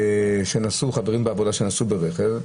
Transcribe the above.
חברים בעבודה שנסעו ברכב,